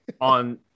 on